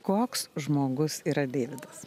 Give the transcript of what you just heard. koks žmogus yra deividas